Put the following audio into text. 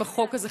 עם החוק הזה,